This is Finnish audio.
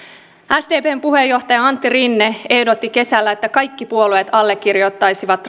sdpn puheenjohtaja antti rinne ehdotti kesällä että kaikki puolueet allekirjoittaisivat